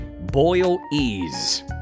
Boil-Ease